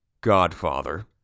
Godfather